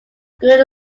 good